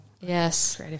Yes